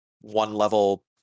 one-level